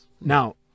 Now